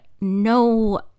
no